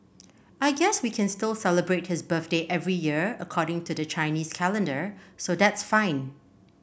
I guess we can still celebrate his birthday every year according to the Chinese calendar so that's fine